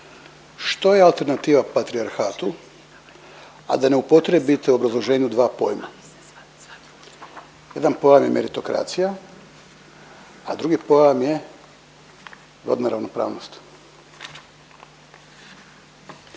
što je alternativa patrijarhatu a da ne upotrijebite u obrazloženju dva pojma. Jedan pojam je meritokracija, a drugi pojam je rodna ravnopravnost.